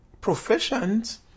proficient